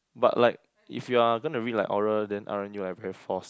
but like if you're going to read like oral then aren't you very forced